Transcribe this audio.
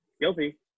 guilty